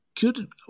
good –